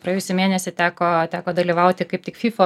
praėjusį mėnesį teko teko dalyvauti kaip tik fifa